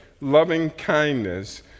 loving-kindness